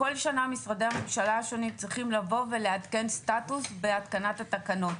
כל שנה משרדי הממשלה השונים צריכים לבוא ולעדכן סטטוס בהתקנת התקנות.